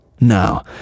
Now